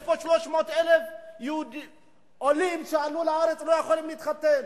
יש פה 300,000 עולים שעלו לארץ ולא יכולים להתחתן,